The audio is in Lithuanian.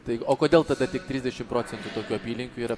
tai o kodėl tada tik trisdešimt procentų tokių apylinkių yra